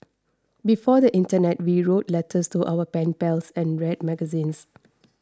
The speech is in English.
before the internet we wrote letters to our pen pals and read magazines